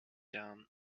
down